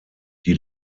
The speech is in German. die